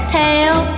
tell